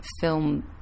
film